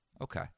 Okay